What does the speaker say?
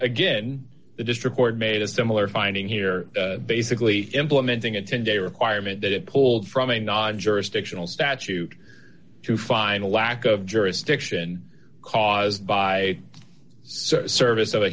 district court made a similar finding here basically implementing a ten day requirement that it pulled from a non jurisdictional statute to find a lack of jurisdiction caused by so service of a